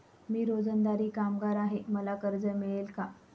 मी रोजंदारी कामगार आहे मला कर्ज मिळेल का?